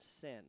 sin